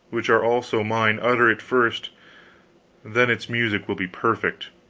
which are also mine, utter it first then its music will be perfect.